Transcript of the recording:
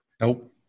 Nope